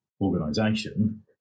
organization